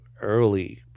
early